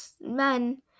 men